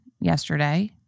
yesterday